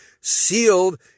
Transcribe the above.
sealed